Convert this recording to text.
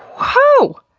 whoa.